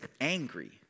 angry